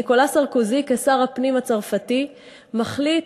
ניקולא סרקוזי כשר הפנים הצרפתי מחליט